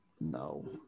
no